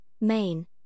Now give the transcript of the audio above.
main